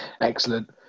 Excellent